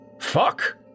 Fuck